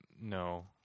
No